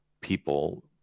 people